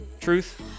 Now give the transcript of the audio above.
truth